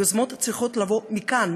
היוזמות צריכות לבוא מכאן,